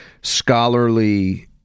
scholarly